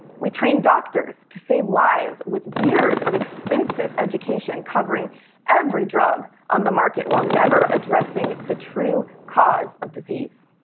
we train doctors to save lives with years of expensive education covering every drug on the market while never addressing addressing the true cause of disease.